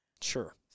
Sure